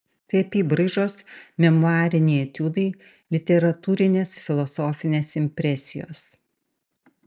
tai apybraižos memuariniai etiudai literatūrinės filosofinės impresijos